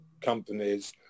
companies